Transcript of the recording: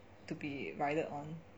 to be ridden on